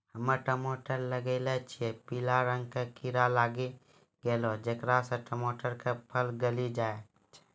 हम्मे टमाटर लगैलो छियै पीला रंग के कीड़ा लागी गैलै जेकरा से टमाटर के फल गली जाय छै?